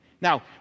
now